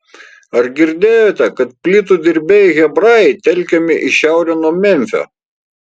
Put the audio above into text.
ar girdėjote kad plytų dirbėjai hebrajai telkiami į šiaurę nuo memfio